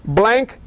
blank